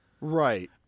right